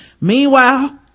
Meanwhile